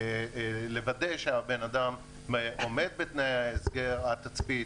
לוודא שהאדם עומד בתנאי התצפית,